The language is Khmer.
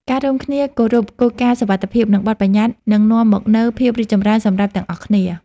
ការរួមគ្នាគោរពគោលការណ៍សុវត្ថិភាព និងបទប្បញ្ញត្តិនឹងនាំមកនូវភាពរីកចម្រើនសម្រាប់ទាំងអស់គ្នា។